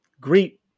greet